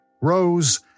rose